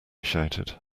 shouted